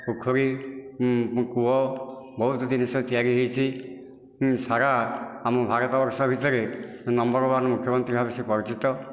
ପୋଖରୀ କୂଅ ବହୁତ ଜିନିଷ ତିଆରି ହୋଇଛି ସାରା ଆମ ଭାରତ ବର୍ଷ ଭିତରେ ନମ୍ବର ୱାନ୍ ମୁଖ୍ୟମନ୍ତ୍ରୀ ଭାବେ ସେ ପରିଚିତ